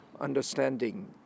understanding